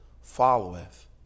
followeth